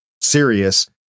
serious